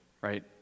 right